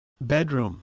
bedroom